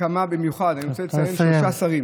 במיוחד אני רוצה לציין שלושה שרים,